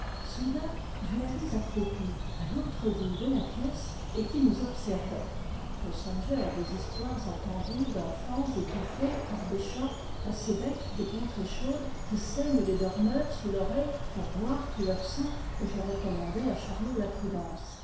soudain je la vis accroupie à l'autre bout de la pièce et qui nous observait je songeai à des histoires entendues d'enfants étouffés par des chats à ces bêtes des contrées chaudes qui saignent les dormeurs sous l'oreille pour boire tout leur sang et je recommandai à charlot la prudence